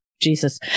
jesus